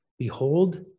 Behold